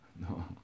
No